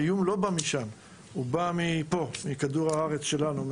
האיום לא משם, הוא מפה, מכדור הארץ שלנו,